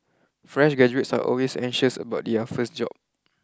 fresh graduates are always anxious about their first job